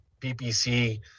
PPC